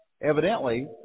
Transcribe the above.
evidently